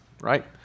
right